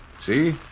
See